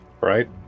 Right